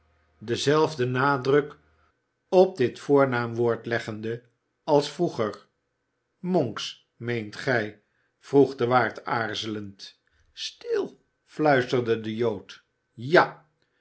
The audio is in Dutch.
denzelfden nadruk op dit voornaamwoord leggende als vroeger monks meent gij vroeg de waard aarzelend stil fluisterde de jood ja